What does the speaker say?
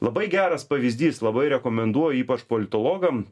labai geras pavyzdys labai rekomenduoju ypač politologam